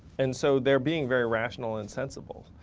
and so they're being very rational and sensible.